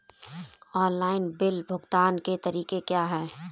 Online bill भुगतान के तरीके क्या हैं?